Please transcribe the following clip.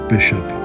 Bishop